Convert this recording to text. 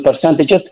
percentages